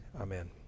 Amen